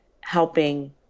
helping